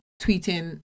tweeting